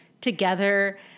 together